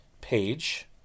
page